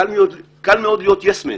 קל מאוד להיות "יס מן",